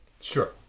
Sure